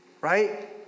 right